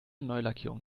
neulackierung